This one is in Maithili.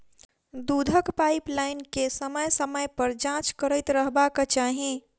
दूधक पाइपलाइन के समय समय पर जाँच करैत रहबाक चाही